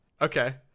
okay